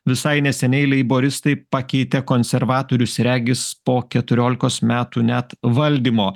visai neseniai leiboristai pakeitė konservatorius regis po keturiolikos metų net valdymo